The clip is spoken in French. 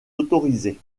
autorisé